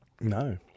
No